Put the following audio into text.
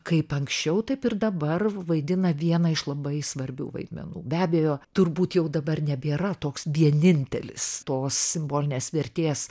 kaip anksčiau taip ir dabar vaidina vieną iš labai svarbių vaidmenų be abejo turbūt jau dabar nebėra toks vienintelis tos simbolinės vertės